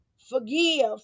forgive